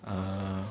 ah